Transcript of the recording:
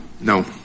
No